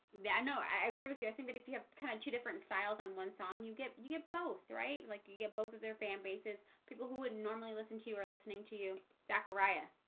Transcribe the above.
yeah, i know i agree with you i think that if you have kind of two different styles on one song you get you get both right like you get both of their fan bases people who wouldn't normally listen to you or listening to you zachariah